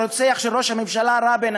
הרוצח של ראש הממשלה רבין,